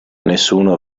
nessuno